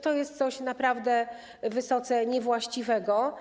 To jest coś naprawdę wysoce niewłaściwego.